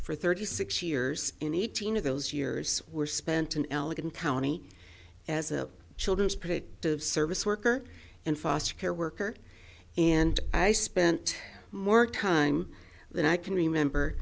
for thirty six years in eighteen of those years were spent in elegant county as a children's predictive service worker and foster care worker and i spent more time than i can remember